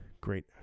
great